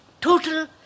total